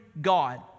God